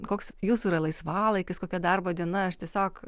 koks jūsų yra laisvalaikis kokia darbo diena aš tiesiog